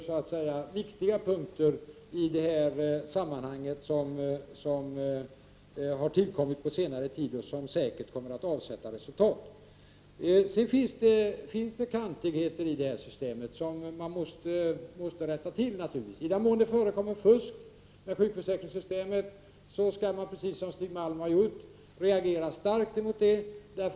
Det är två viktiga punkter i den här frågan som tillkommit på senare tid och som säkert kommer att avsätta resultat. Det finns kantigheter i systemet som naturligtvis skall rättas till. I den mån det förekommer fusk inom sjukförsäkringssystemet skall man naturligtvis, som Stig Malm har gjort, reagera starkt mot sådant.